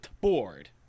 board